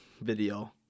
video